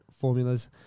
formulas